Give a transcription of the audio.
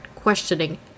questioning